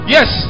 Yes